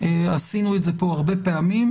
עשינו את זה פה הרבה פעמים,